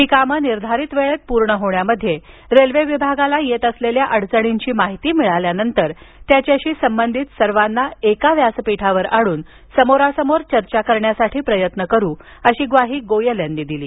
ही कामं निर्धारित वेळेत पूर्ण होण्यामध्ये रेल्वे विभागाला येत असलेल्या अडचणींची माहिती मिळाल्यानंतर त्याच्याशी संबंधित सर्वांना एका व्यासपीठावर आणून समोरासमोर चर्चा करण्यासाठी प्रयत्न करू अशी ग्वाही गोयल यांनी दिली